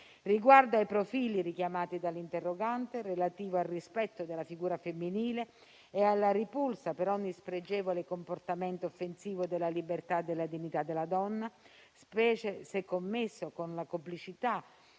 Riguardo ai profili richiamati dall'interrogante, relativi al rispetto della figura femminile e alla ripulsa per ogni spregevole comportamento offensivo della libertà e della dignità della donna, specie se commesso con la complicità